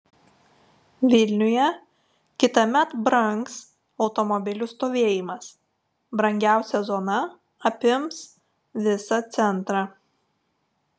vilniuje kitąmet brangs automobilių stovėjimas brangiausia zona apims visą centrą